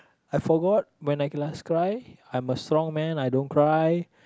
I forgot when I last cry I'm a strong man I don't cry